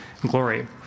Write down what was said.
glory